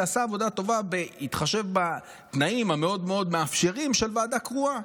זה עשה עבודה טובה בהתחשב בתנאים המאוד-מאוד מאפשרים של ועדה קרואה.